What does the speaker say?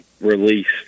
released